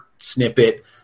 snippet